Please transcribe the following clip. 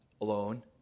alone